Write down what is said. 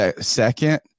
second